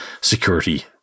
security